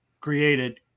created